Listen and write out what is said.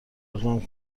اقدام